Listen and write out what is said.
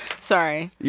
Sorry